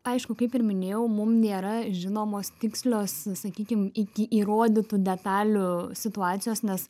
aišku kaip ir minėjau mum nėra žinomos tikslios sakykim iki įrodytų detalių situacijos nes